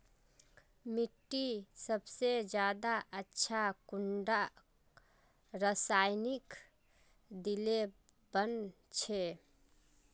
मिट्टी सबसे ज्यादा अच्छा कुंडा रासायनिक दिले बन छै?